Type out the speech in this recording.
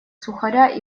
сухаря